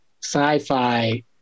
sci-fi